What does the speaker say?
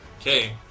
Okay